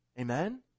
Amen